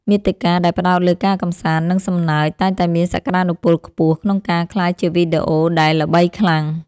មាតិកាដែលផ្ដោតលើការកម្សាន្ត និងសំណើច តែងតែមានសក្តានុពលខ្ពស់ក្នុងការក្លាយជាវីដេអូដែលល្បីខ្លាំង។